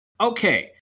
okay